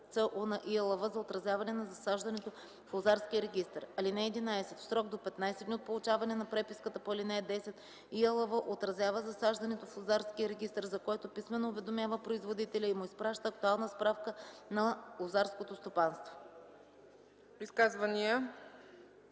ЦУ на ИАЛВ за отразяване на засаждането в лозарския регистър. (11) В срок до 15 дни от получаването на преписката по ал. 10 ИАЛВ отразява засаждането в лозарския регистър, за което писмено уведомява производителя и му изпраща актуална справка на лозарското стопанство.” ПРЕДСЕДАТЕЛ